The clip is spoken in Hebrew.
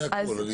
זה הכל.